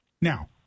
Now